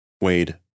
Wade